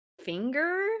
finger